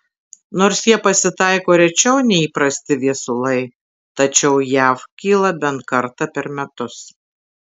nors jie pasitaiko rečiau nei įprasti viesulai tačiau jav kyla bent kartą per metus